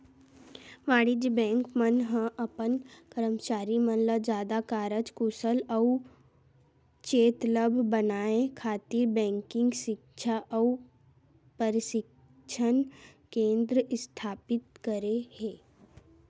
वाणिज्य बेंक मन ह अपन करमचारी मन ल जादा कारज कुसल अउ चेतलग बनाए खातिर बेंकिग सिक्छा अउ परसिक्छन केंद्र इस्थापित करे हे